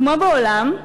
כמו בעולם,